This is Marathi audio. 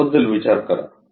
त्याबद्दल विचार करा